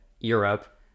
Europe